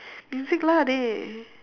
music lah dey